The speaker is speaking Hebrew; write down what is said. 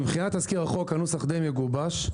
מבחינת תזכיר החוק, הנוסח די מגובש.